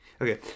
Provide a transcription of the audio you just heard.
okay